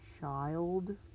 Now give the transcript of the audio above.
child